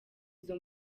izo